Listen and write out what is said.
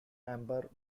amber